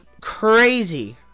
crazy